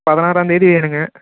பதினாறாந்தேதி வேணும்ங்க